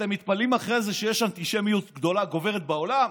אתם מתפלאים אחרי זה שיש אנטישמיות גוברת בעולם?